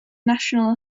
national